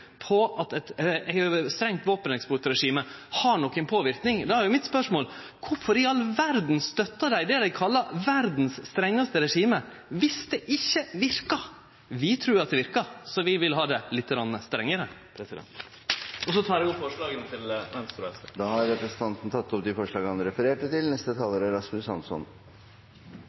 på at eit strengt våpeneksportregime har nokon påverknad, er mitt spørsmål: Kvifor i all verda støttar dei det dei kallar verdas strengaste regime, viss det ikkje verkar? Vi trur at det verkar, så vi vil ha det litt strengare. Eg tek opp forslaga frå Venstre og SV. Representanten Bård Vegar Solhjell har tatt opp de forslagene han refererte til.